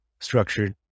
structured